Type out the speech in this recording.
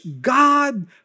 God